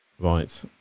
Right